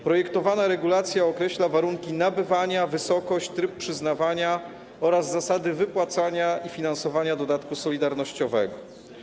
Projektowana regulacja określa warunki nabywania, wysokość, tryb przyznawania oraz zasady wypłacania i finansowania dodatku solidarnościowego.